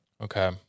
Okay